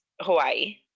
hawaii